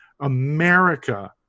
America